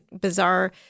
bizarre